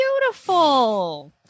beautiful